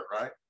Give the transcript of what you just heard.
right